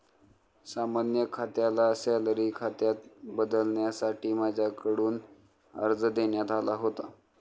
सामान्य खात्याला सॅलरी खात्यात बदलण्यासाठी माझ्याकडून अर्ज देण्यात आला होता